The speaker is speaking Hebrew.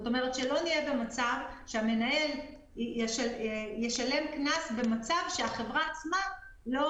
שלא נהיה במצב שהמנהל ישלם קנס במצב שהחברה עצמה לא